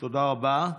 תודה רבה.